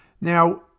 Now